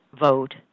vote